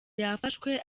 yafashwe